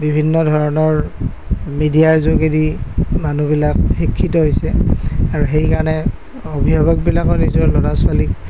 বিভিন্ন ধৰণৰ মিডিয়াৰ যোগেদি মানুহবিলাক শিক্ষিত হৈছে আৰু সেইকাৰণে অভিভাৱকবিলাকেও নিজৰ ল'ৰা ছোৱালীক